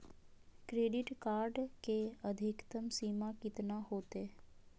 Credit card के अधिकतम सीमा कितना होते?